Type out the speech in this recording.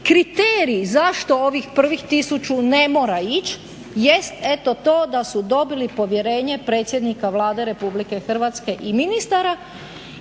kriterij zašto ovih prvih 1000 ne mora ići jest eto to da su dobili povjerenje predsjednika Vlade RH i ministara.